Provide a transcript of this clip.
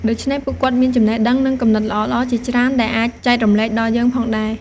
ដូច្នេះ ពួកគាត់មានចំណេះដឹង និងគំនិតល្អៗជាច្រើនដែលអាចចែករំលែកដល់យើងផងដែរ។